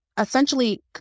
essentially